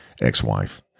ex-wife